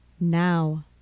now